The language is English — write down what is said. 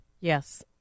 Yes